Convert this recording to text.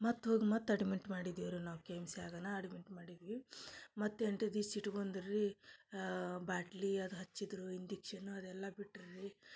ಮತ್ತು ಹೋಗಿ ಮತ್ತು ಅಡ್ಮಿಟ್ ಮಾಡಿದೆವ್ರೀ ನಾವು ಕೆ ಎಮ್ ಸಿ ಆಗನ ಅಡ್ಮಿಟ್ ಮಾಡಿದ್ವಿ ಮತ್ತು ಎಂಟು ದಿವ್ಸ ಇಟ್ಕೊಂಡು ರೀ ಬಾಟ್ಲಿ ಅದು ಹಚ್ಚಿದ್ದರು ಇಂಡಿಕ್ಷನ್ನು ಅದೆಲ್ಲಾ ಬಿಟ್ರ್ರೀ